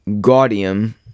gaudium